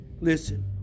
Listen